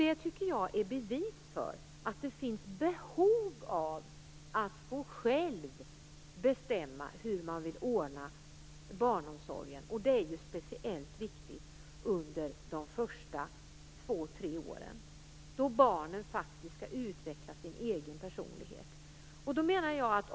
Det tycker jag är ett bevis för att det finns behov av att själv få bestämma hur man vill ordna barnomsorgen, och det är ju speciellt viktigt under de första två tre åren då barnen skall utveckla sin egen personlighet.